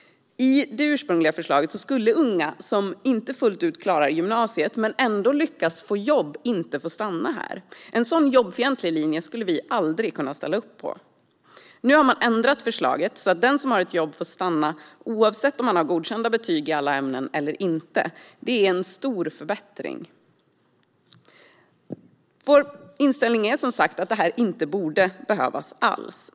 I det ursprungliga förslaget skulle unga som inte fullt ut klarar gymnasiet men ändå lyckas få jobb inte få stanna här. En sådan jobbfientlig linje skulle vi aldrig kunna ställa upp på. Nu har man ändrat förslaget, så att den som har ett jobb får stanna oavsett om den har godkända betyg i alla ämnen eller inte. Det är en stor förbättring. Vår inställning är att detta inte borde behövas alls.